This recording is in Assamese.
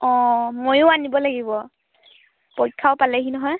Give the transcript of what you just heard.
অঁ ময়ো আনিব লাগিব পৰীক্ষাও পালেহি নহয়